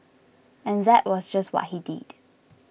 and that was just what he did